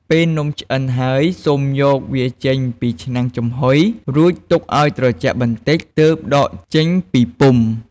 ពេលនំឆ្អិនហើយ សូមយកវាចេញពីឆ្នាំងចំហុយ រួចទុកឱ្យត្រជាក់បន្តិច ទើបដកចេញពីពុម្ព។